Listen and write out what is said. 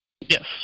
Yes